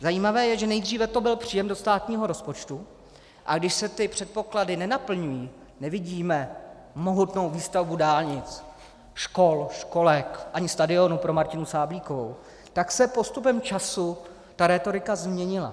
Zajímavé je, že nejdříve to byl příjem do státního rozpočtu, a když se ty předpoklady nenaplňují, nevidíme mohutnou výstavbu dálnic, škol, školek ani stadionu pro Martinu Sáblíkovou, tak se postupem času ta rétorika změnila.